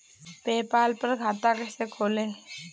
PayPal पर खाता कैसे खोलें?